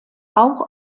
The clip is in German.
auch